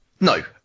No